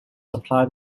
supply